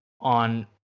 on